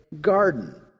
garden